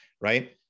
right